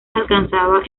alcanzaba